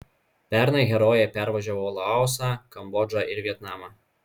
pernai herojai pervažiavo laosą kambodžą ir vietnamą